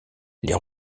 les